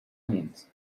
onions